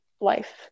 life